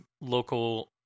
local